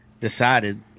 decided